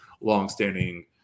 longstanding